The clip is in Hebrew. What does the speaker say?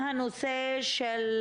אנחנו פתאום רואים